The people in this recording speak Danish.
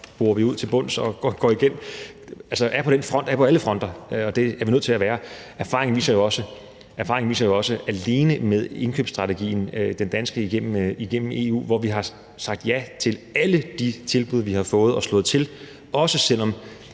borer vi det ud til bunds og går det igennem. Vi er altså på alle fronter, og det er vi nødt til at være. Erfaringen alene med indkøbsstrategien, den danske, igennem EU viser det jo også. Her har vi sagt ja til alle de tilbud, vi har fået, og slået til, også selv om